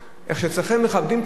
איך שאצלכם מכבדים את המורים,